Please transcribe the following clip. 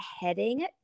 heading